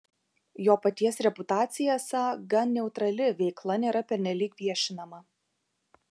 jo paties reputacija esą gan neutrali veikla nėra pernelyg viešinama